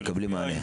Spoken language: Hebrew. מקבלים מענה.